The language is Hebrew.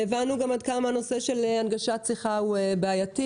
והבנו גם עד כמה הנושא של הנגשת שיחה הוא בעייתי